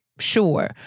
sure